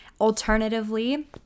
Alternatively